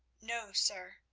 no, sir,